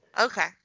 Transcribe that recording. Okay